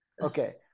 Okay